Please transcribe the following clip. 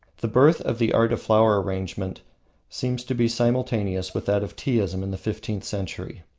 the birth of the art of flower arrangement seems to be simultaneous with that of teaism in the fifteenth century.